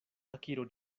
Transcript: akiro